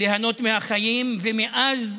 ליהנות מהחיים, ומאז